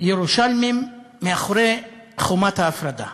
ירושלמים מאחורי חומת ההפרדה.